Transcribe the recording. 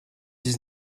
dix